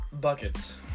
buckets